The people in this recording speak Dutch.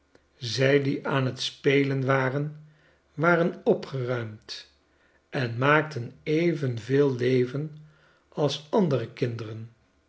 zij die aan t spelen waren waren opgeruimd en maakten evenveel leven als andere kinderen